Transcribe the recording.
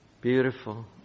beautiful